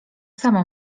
samo